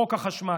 חוק החשמל.